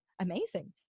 Amazing